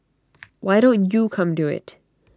why don't you come do IT